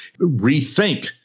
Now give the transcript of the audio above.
rethink